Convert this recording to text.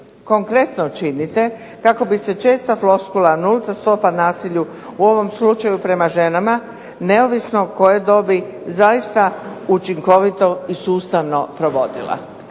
konkretno činite kako bi se česta floskula nulta stopa nasilju u ovom slučaju prema ženama, neovisno koje dobi, zaista učinkovito i sustavno provodila?